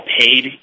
paid